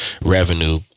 revenue